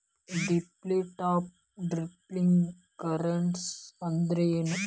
ಡೆಬ್ಟ್ of developing countries ಅಂದ್ರೇನು?